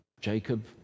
Jacob